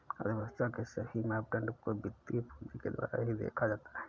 अर्थव्यव्स्था के सही मापदंड को वित्तीय पूंजी के द्वारा ही देखा जाता है